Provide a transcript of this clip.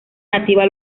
nativa